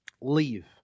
leave